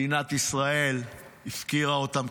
מדינת ישראל הפקירה אותם,